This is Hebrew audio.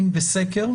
אם בסקר.